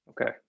Okay